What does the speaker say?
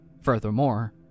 Furthermore